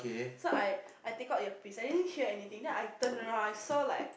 so I I take out earpiece I didn't hear anything then I turn around I saw like